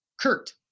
Kurt